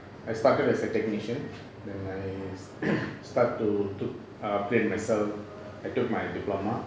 I started as a technician then I start to to err upgrade myself I took my diploma